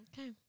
Okay